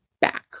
back